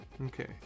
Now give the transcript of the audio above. okay